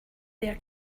their